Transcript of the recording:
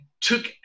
took